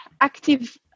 active